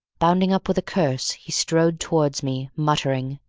bounding up with a curse, he strode towards me, muttering,